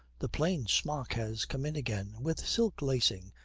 the plain smock has come in again, with silk lacing,